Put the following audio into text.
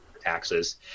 taxes